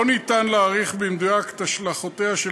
לא ניתן להעריך במדויק את השלכותיה של